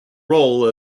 role